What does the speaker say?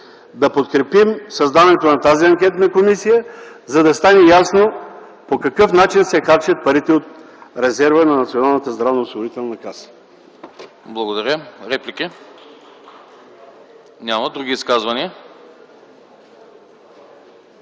да подкрепим създаването на тази анкетна комисия, за да стане ясно по какъв начин се харчат парите от резерва на